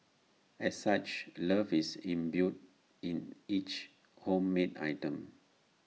as such love is imbued in each homemade item